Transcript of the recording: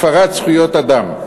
הפרת זכויות אדם.